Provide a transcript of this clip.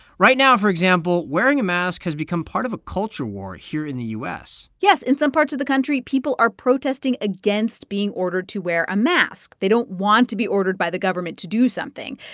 right now, for example, wearing a mask has become part of a culture war here in the u s yes. in some parts of the country, people are protesting against against being ordered to wear a mask. they don't want to be ordered by the government to do something.